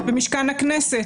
במשכן הכנסת?